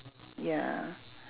ya